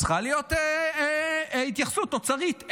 צריכה להיות התייחסות אוצרית.